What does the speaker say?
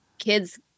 kids